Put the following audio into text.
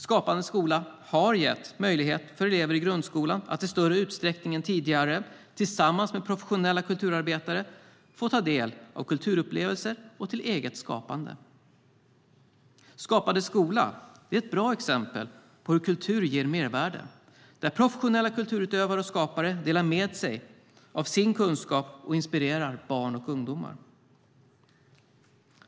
Skapande skola har gett elever i grundskolan möjlighet att i större utsträckning än tidigare tillsammans med professionella kulturarbetare få ta del av kulturupplevelser samt möjlighet till eget skapande. Skapande skola är ett bra exempel på hur kultur ger mervärde. Professionella kulturutövare och skapare delar med sig av sin kunskap och inspirerar barn och ungdomar.